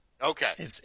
Okay